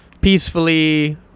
peacefully